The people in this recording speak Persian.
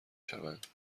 شوند